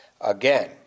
again